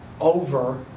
over